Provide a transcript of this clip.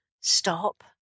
stop